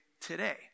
today